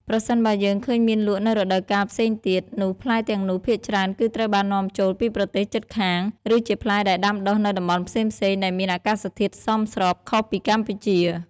ប្រសិនបើយើងឃើញមានលក់នៅរដូវកាលផ្សេងទៀត នោះផ្លែទាំងនោះភាគច្រើនគឺត្រូវបាននាំចូលពីប្រទេសជិតខាង ឬជាផ្លែដែលដាំដុះនៅតំបន់ផ្សេងៗដែលមានអាកាសធាតុសមស្របខុសពីកម្ពុជា។